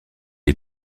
est